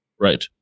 Right